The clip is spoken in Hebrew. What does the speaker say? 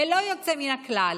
ללא יוצא מן הכלל,